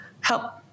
help